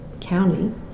County